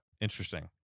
Interesting